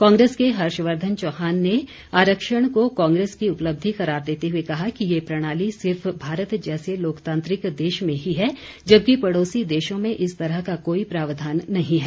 कांग्रेस के हर्षवर्धन चौहान ने आरक्षण को कांग्रेस की उपलब्धि करार देते हुए कहा कि ये प्रणाली सिर्फ भारत जैसे लोकतांत्रिक देश में ही है जबकि पड़ौसी देशों में इस तरह का कोई प्रावधान नहीं है